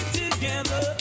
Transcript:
together